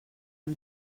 amb